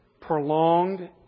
prolonged